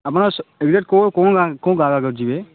ଆପଣ ସ ଏରିଆ କଣ କହୁନାହାଁନ୍ତି କୋଉ ଗାଁ ଗାଁକୁ ଯିବେ